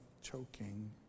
choking